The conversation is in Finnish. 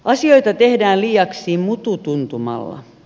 asioita tehdään liiaksi mutu tuntumalla